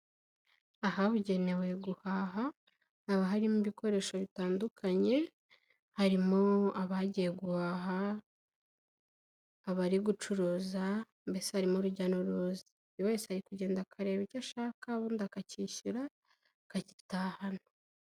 Ahabugenewe guhaha, haba harimo ibikoresho bitandukanye, harimo abagiye guhaha, abari gucuruza mbese harimo urujya n'uruza, buri wese ari kugenda akareba icyo ashaka, ubundi akacyishyura akagitahana.